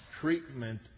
Treatment